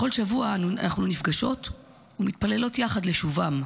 כל שבוע אנחנו נפגשות ומתפללות יחד לשובם,